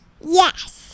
Yes